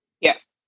Yes